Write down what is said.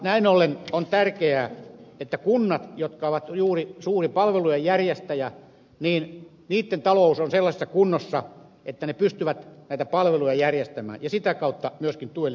näin ollen on tärkeää että kuntien talous jotka ovat juuri suuria palvelujen järjestäjiä on sellaisessa kunnossa että ne pystyvät näitä palveluja järjestämään ja sitä kautta myöskin työllistämään